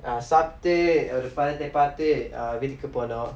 err சாப்ட்டு ஒரு படத்த பாத்து:saaptu oru padatha paathu err வீட்டுக்கு போனோம்:veettukku ponom